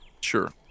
Sure